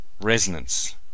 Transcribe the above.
resonance